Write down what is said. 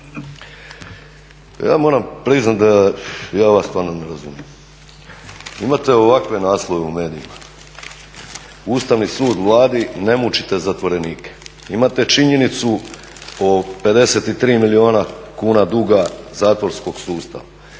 Ja moram priznati da ja vas stvarno ne razumije. Imate ovakve naslove u medijima, Ustavni sud Vladi: Ne mučite zatvorenike. Imate činjenicu o 53 milijuna kuna duga zatvorskog sustava,